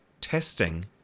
testing